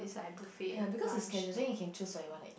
ya because is catering can choose what you want it